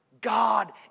God